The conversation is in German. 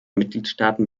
mitgliedstaaten